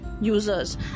users